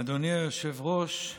אדוני היושב-ראש,